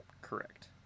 Correct